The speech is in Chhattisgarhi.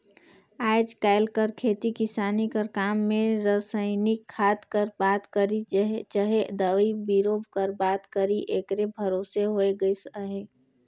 आएज काएल कर खेती किसानी कर काम में रसइनिक खाद कर बात करी चहे दवई बीरो कर बात करी एकरे भरोसे होए गइस अहे